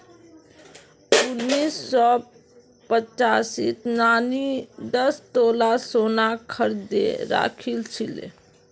उन्नीस सौ पचासीत नानी दस तोला सोना खरीदे राखिल छिले